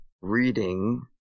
reading